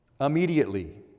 Immediately